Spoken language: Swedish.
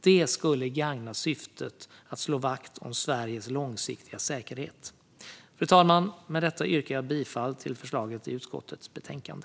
Det skulle gagna syftet att slå vakt om Sveriges långsiktiga säkerhet. Fru talman! Med detta yrkar jag bifall till förslaget i utskottets betänkande.